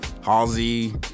Halsey